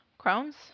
Crohn's